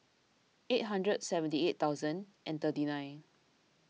eight hundred seventy eight thousand and thirty nine